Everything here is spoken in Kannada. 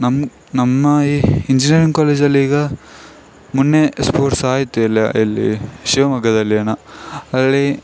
ನಮ್ಮ ನಮ್ಮ ಈ ಇಂಜಿನಿಯರಿಂಗ್ ಕಾಲೇಜಲ್ಲಿ ಈಗ ಮೊನ್ನೆ ಸ್ಪೋರ್ಟ್ಸ್ ಆಯಿತು ಎಲ್ಲ ಎಲ್ಲಿ ಶಿವಮೊಗ್ಗದಲ್ಲಿಯೇನ ಅಲ್ಲಿ